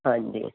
ਹਾਂਜੀ